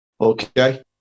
okay